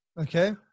Okay